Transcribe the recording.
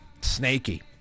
Snaky